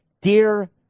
Dear